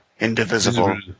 Indivisible